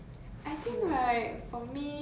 走 all the way to lost and found